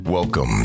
Welcome